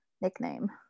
nickname